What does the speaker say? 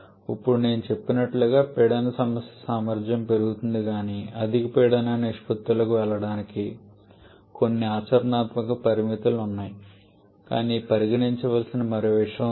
ఇప్పుడు నేను చెప్పినట్లుగా పీడన సమస్య సామర్థ్యం పెరుగుతుంది కాని అధిక పీడన నిష్పత్తులకు వెళ్ళడానికి కొన్ని ఆచరణాత్మక పరిమితులు ఉన్నాయి కానీ పరిగణించవలసిన మరో విషయం ఉంది